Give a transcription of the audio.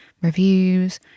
reviews